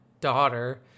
daughter